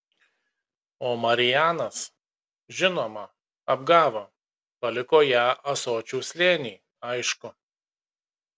o marijanas žinoma apgavo paliko ją ąsočių slėny aišku